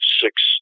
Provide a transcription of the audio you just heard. six